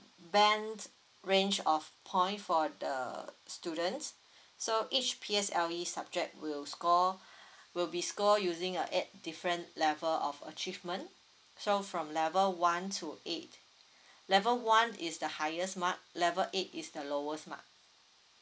band range of point for the students so each P_S_L_E subject will score will be scored using a eight different level of achievement so from level one to eight level one is the highest mark level eight is the lowest mark